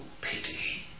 pity